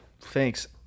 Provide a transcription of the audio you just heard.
thanks